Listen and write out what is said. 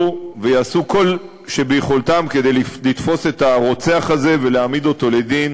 ויעשו כל שביכולתם לתפוס את הרוצח הזה ולהעמיד אותו לדין